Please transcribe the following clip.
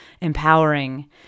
empowering